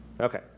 Okay